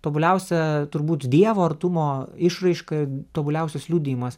tobuliausia turbūt dievo artumo išraiška tobuliausias liudijimas